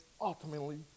ultimately